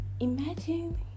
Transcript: Imagine